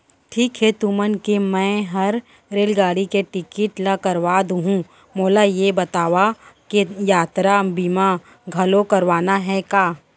ठीक हे तुमन के मैं हर रेलगाड़ी के टिकिट ल करवा दुहूँ, मोला ये बतावा के यातरा बीमा घलौ करवाना हे का?